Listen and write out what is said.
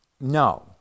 no